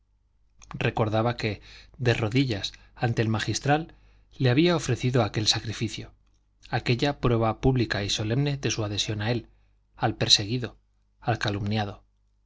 recordaba que de rodillas ante el magistral le había ofrecido aquel sacrificio aquella prueba pública y solemne de su adhesión a él al perseguido al calumniado